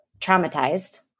traumatized